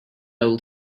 old